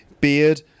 beard